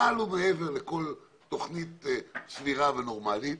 מעל ומעבר לכל תוכנית סבירה ונורמלית,